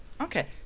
okay